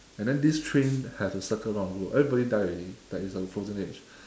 and then this train has a circle round who everybody die already like it's a frozen age